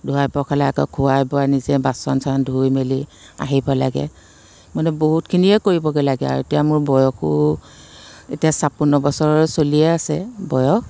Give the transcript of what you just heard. ধুৱাই পখলাই আকৌ খোৱাই বোৱাই নিজে বাচন চাচন ধুই মেলি আহিব লাগে মানে বহুতখিনিয়ে কৰিবগৈ লাগে আৰু এতিয়া মোৰ বয়সো এতিয়া ছাপন্ন বছৰ চলিয়ে আছে বয়স